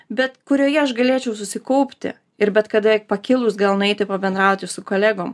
bet kurioje aš galėčiau susikaupti ir bet kada pakilus gal nueiti pabendrauti su kolegom